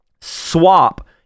swap